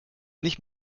nicht